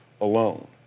alone